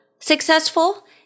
successful